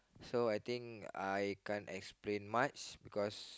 so I think I can't explain much because